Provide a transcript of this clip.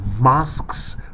masks